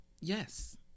Yes